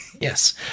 Yes